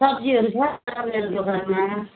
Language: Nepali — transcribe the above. सब्जीहरू छ त मेरो दोकानमा